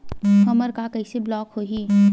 हमर ह कइसे ब्लॉक होही?